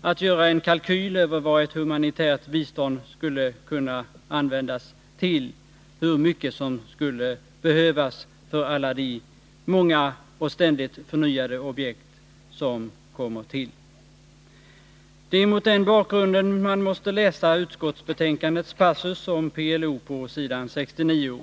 att göra en kalkyl över vad ett humanitärt bistånd skulle kunna användas till och hur mycket som skulle behövas för alla de många objekt som ständigt kommer till och förnyas. Det är mot den bakgrunden man måste läsa utskottsbetänkandets passus om PLO på s. 69.